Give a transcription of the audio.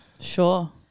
Sure